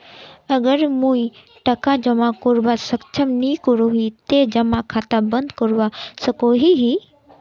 अगर मुई टका जमा करवात सक्षम नी करोही ते जमा खाता बंद करवा सकोहो ही?